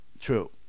True